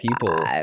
people